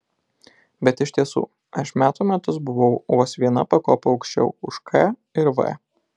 bet iš tiesų aš metų metus buvau vos viena pakopa aukščiau už k ir v